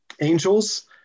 Angels